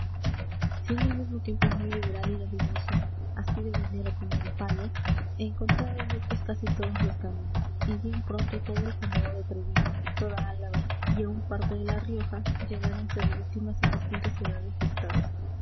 al mismo tiempo muy liberal y dadivoso así de dinero como de palos encontraba abiertos casi todos los caminos y bien pronto todo el condado de treviño toda álava y aun parte de la rioja llenáronse de víctimas en distintas edades y estados